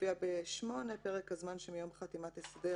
שמופיע ב-(8) "פרק הזמן שמיום חתימת הסדר